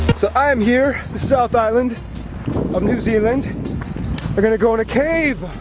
so i am here the south island of new zealand they're going to go on a cave.